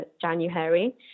January